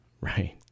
Right